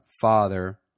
father